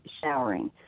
showering